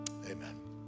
Amen